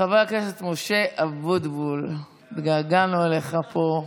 חבר הכנסת משה אבוטבול, התגעגענו אליך פה.